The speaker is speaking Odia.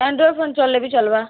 ଆଣ୍ଡ୍ରଏଡ଼୍ ଫୋନ୍ ଚାଲ୍ଲେ ବି ଚଲ୍ବା